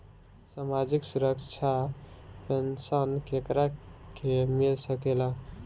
सामाजिक सुरक्षा पेंसन केकरा के मिल सकेला?